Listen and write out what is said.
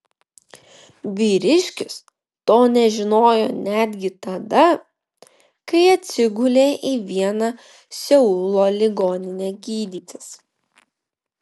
vyriškis to nežinojo netgi tada kai atsigulė į vieną seulo ligoninę gydytis